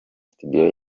studio